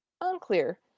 unclear